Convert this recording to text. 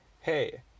hey